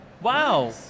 Wow